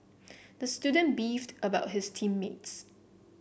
the student beefed about his team mates